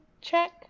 check